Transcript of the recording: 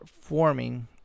forming